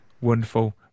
Wonderful